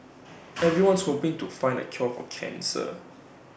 everyone's hoping to find the cure for cancer